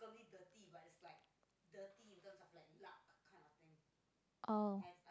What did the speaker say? oh